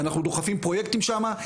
ואנחנו דוחפים פרויקטים שמה,